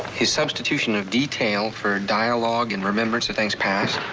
his substitution of detail for a dialogue in remembrance of things past.